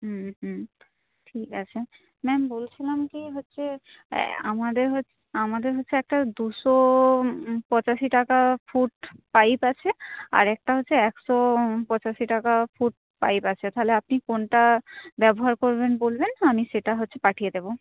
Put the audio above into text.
হুম হুম ঠিক আছে ম্যাম বলছিলাম কি হচ্ছে আমাদের আমাদের হচ্ছে একটা দুশো পঁচাশি টাকা ফুট পাইপ আছে আর একটা হচ্ছে একশো পঁচাশি টাকা ফুট পাইপ আছে তাহলে আপনি কোনটা ব্যবহার করবেন বলবেন আমি সেটা হচ্ছে পাঠিয়ে দেব